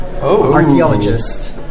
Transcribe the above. archaeologist